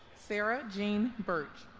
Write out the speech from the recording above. sarah jeanne burch